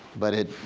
but it's